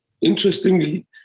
interestingly